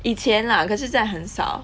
以前 lah 可是现在很少